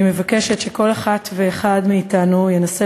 אני מבקשת שכל אחת ואחד מאתנו ינסה